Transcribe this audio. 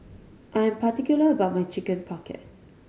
I am particular about my Chicken Pocket